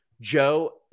Joe